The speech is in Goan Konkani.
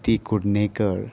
भक्ती कुडणेकर